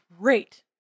great